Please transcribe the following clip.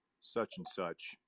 such-and-such